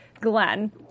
Glenn